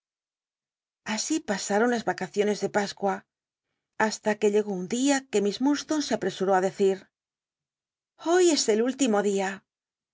así pasaron las mcaciones de pascua hasta que llegó un dia que miss iurdstone se npresuró á decir ll oy e el último dia